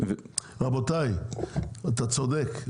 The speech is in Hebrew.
רבותי אתה צודק,